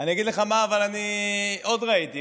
אני אגיד לך אבל מה עוד ראיתי.